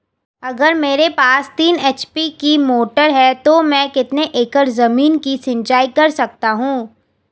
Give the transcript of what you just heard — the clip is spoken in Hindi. अगर मेरे पास तीन एच.पी की मोटर है तो मैं कितने एकड़ ज़मीन की सिंचाई कर सकता हूँ?